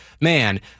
Man